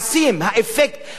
ההשפעה של דבריו,